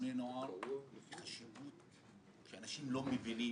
וארגוני הנוער היא חשיבות שאנשים לא מבינים.